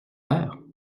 heure